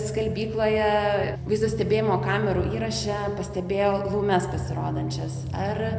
skalbykloje vaizdo stebėjimo kamerų įraše pastebėjo laumes pasirodančias ar